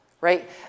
right